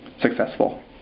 successful